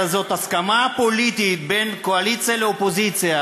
אלא זאת הסכמה פוליטית בין קואליציה לאופוזיציה